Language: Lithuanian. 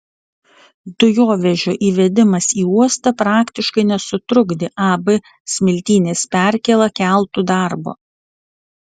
dujovežio įvedimas į uostą praktiškai nesutrukdė ab smiltynės perkėla keltų darbo